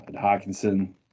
Hawkinson